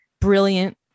brilliant